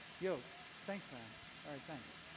yo thanks man alright. thanks.